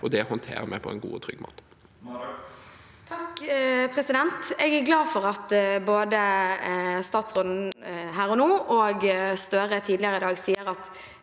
og det håndterer vi på en god og trygg måte.